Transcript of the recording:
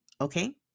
okay